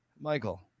Michael